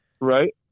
Right